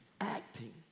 acting